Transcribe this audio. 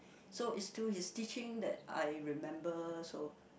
so is to his teaching that I remember so